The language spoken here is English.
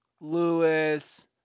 Lewis